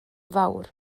fawr